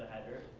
header.